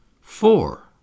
Four